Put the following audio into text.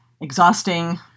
exhausting